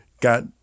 got